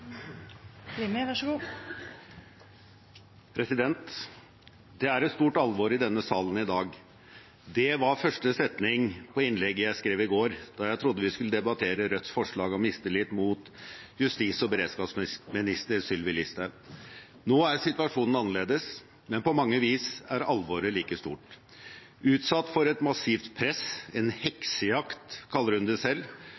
Høyre respekterer. Så håper jeg at vi får et ordskifte framover som er preget av tillit til hverandre og gjensidig respekt. Det er et stort alvor i denne salen i dag. Det var første setning i innlegget jeg skrev i går, da jeg trodde vi skulle debattere Rødts forslag om mistillit mot justis- og beredskapsminister Sylvi Listhaug. Nå er situasjonen annerledes. Men på mange vis er alvoret like stort. Utsatt for